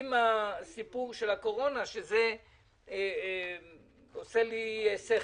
עם הסיפור של הקורונה, שזה הגיוני בעיניי.